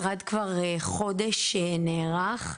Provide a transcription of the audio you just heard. ממשרד הפנים הפנו אותי לנתיב.